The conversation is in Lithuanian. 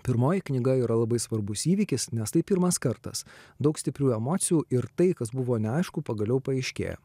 pirmoji knyga yra labai svarbus įvykis nes tai pirmas kartas daug stiprių emocijų ir tai kas buvo neaišku pagaliau paaiškėja